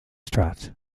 trot